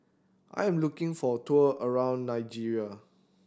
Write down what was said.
I am looking for a tour around Niger